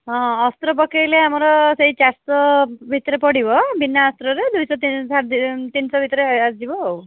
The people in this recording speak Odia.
ହଁ ଅସ୍ତ୍ର ପକାଇଲେ ଆମର ସେଇ ଚାରି ଶହ ଭିତରେ ପଡ଼ିବ ବିନା ଅସ୍ତ୍ରରେ ଦୁଇ ଶହ ସାଢ଼େ ତିନି ଶହ ଭିତରେ ଆସିଯିବ ଆଉ